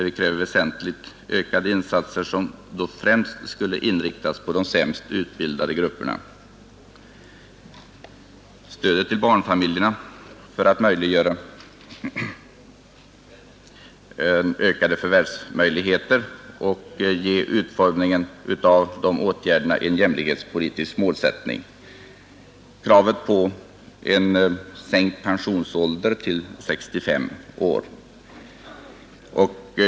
Vi kräver väsentligt ökade insatser, som främst inriktas på de sämst utbildade grupperna. Jag kan vidare peka på stödet till barnfamiljerna för att ge dem ökade förvärvsmöjligheter — utformningen av åtgärderna bör främja en jämlikhetspolitisk målsättning — och kravet på sänkt pensionsålder, 65 år.